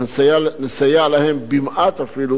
לסייע להם במעט אפילו,